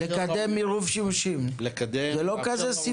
לקדם עירוב שימושים, זה לא כזה סיפור.